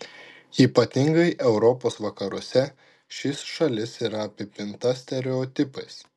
ypatingai europos vakaruose ši šalis yra apipinta stereotipais